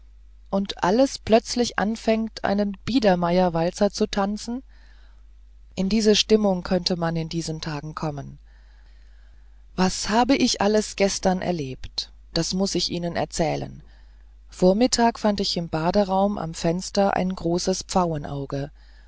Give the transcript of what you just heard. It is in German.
und alles plötzlich anfängt einen biedermeierwalzer zu tanzen in diese stimmung könnte man in diesen tagen kommen was habe ich alles gestern erlebt das muß ich ihnen erzählen vormittag fand ich im baderaum am fenster ein großes